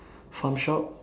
farm shop